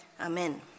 Amen